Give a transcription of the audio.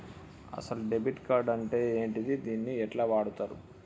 అసలు debit card అంటే ఏంటిది? దీన్ని ఎట్ల వాడుతరు?